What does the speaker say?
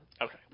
Okay